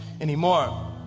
anymore